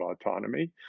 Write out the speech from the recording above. autonomy